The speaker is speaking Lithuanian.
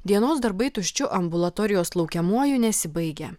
dienos darbai tuščiu ambulatorijos laukiamuoju nesibaigia